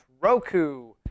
Roku